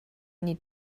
need